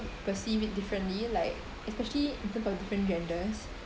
perceive it differently like especially in terms of different genders